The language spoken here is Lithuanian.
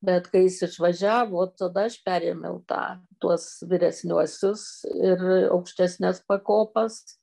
bet kai jis išvažiavo tada aš perėmiau tą tuos vyresniuosius ir aukštesnes pakopas